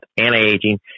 anti-aging